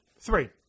Three